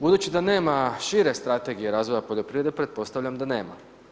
Budući da nema šire Strategije razvoja poljoprivrede, pretpostavljam da nema.